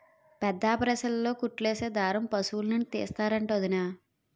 పెద్దాపరేసన్లో కుట్లేసే దారం పశులనుండి తీస్తరంట వొదినా